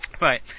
Right